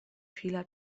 vieler